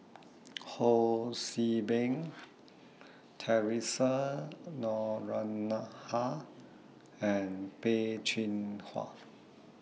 Ho See Beng Theresa Noronha and Peh Chin Hua